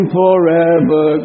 forever